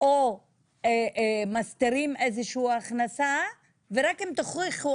או מסתירים איזה שהיא הכנסה ורק אם תוכיחו